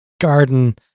garden